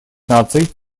наций